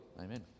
Amen